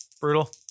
Brutal